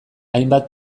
hainbat